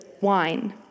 wine